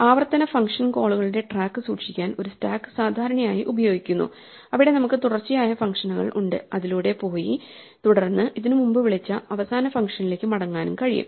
ആവർത്തന ഫംഗ്ഷൻ കോളുകളുടെ ട്രാക്ക് സൂക്ഷിക്കാൻ ഒരു സ്റ്റാക്ക് സാധാരണയായി ഉപയോഗിക്കുന്നു അവിടെ നമുക്ക് തുടർച്ചയായ ഫംഗ്ഷനുകൾ ഉണ്ട് അതിലൂടെ പോയി തുടർന്ന് ഇതിന് മുമ്പ് വിളിച്ച അവസാന ഫംഗ്ഷനിലേക്ക് മടങ്ങാനും കഴിയും